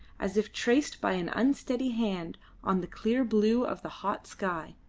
as if traced by an unsteady hand on the clear blue of the hot sky.